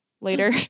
later